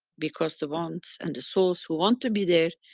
because the ones and the souls who want to be there,